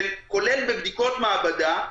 כולל בבדיקות מעבדה.